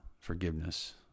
forgiveness